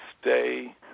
stay